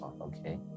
Okay